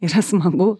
yra smagu